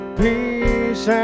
peace